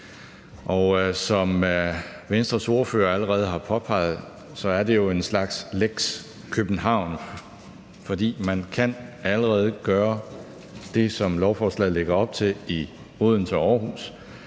Og som Venstres ordfører allerede har påpeget, er det jo en slags lex København, for man kan allerede gøre det, som lovforslaget lægger op til, i Odense Aarhus.